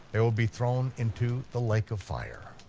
they will be thrown into the lake of fire.